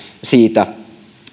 siitä